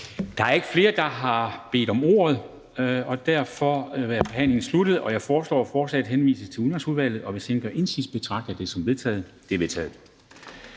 Der er ikke flere, der har bedt om ordet, og derfor er forhandlingen sluttet. Jeg foreslår, at forslaget henvises til Udenrigsudvalget, og hvis ingen gør indsigelse, betragter jeg det som vedtaget.